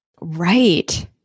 Right